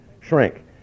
shrink